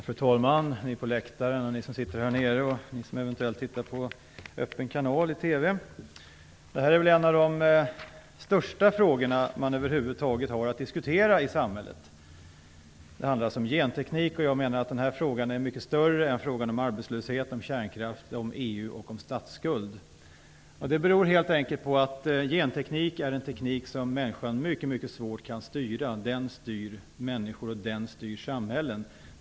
Fru talman! Ni som sitter på läktaren! Ni som sitter här nere! Ni som eventuellt tittar på Öppna Kanalen i TV! Detta är en av de största frågor man över huvud taget har att diskutera i samhället. Det handlar om genteknik. Jag menar att den frågan är mycket större än frågorna om arbetslöshet, kärnkraft, EU och statsskuld. Det beror helt enkelt på att genteknik är en teknik som människan har mycket svårt att styra. Den styr människor, och den styr samhällen.